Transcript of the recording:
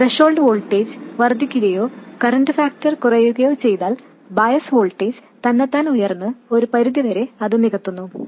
threshold voltage വർദ്ധിക്കുകയോ current factor കുറയുകയോ ചെയ്താൽ ബയസ് വോൾട്ടേജ് തന്നെത്താൻ ഉയർന്ന് ഒരു പരിധിവരെ അത് നികത്തുന്നു